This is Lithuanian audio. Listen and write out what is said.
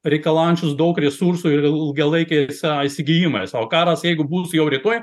reikalaujančius daug resursų ir ilgalaikiais įsigijimais o karas jeigu bus jau rytoj